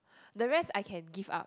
the rest I can give up